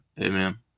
Amen